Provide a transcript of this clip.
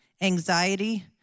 anxiety